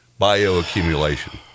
bioaccumulation